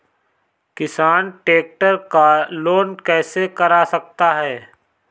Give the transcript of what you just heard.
किसान ट्रैक्टर का लोन कैसे करा सकता है?